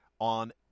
on